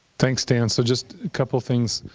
thanks, dan. so just a couple things.